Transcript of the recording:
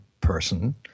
person